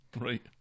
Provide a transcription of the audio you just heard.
right